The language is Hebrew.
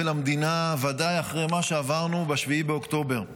ולמדינה, ודאי אחרי מה שעברנו ב-7 באוקטובר,